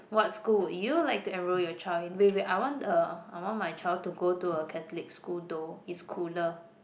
what school would you like to enrol your child in wait wait I want the I want my child to go to a Catholic school though it's cooler